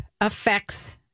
affects